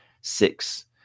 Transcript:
six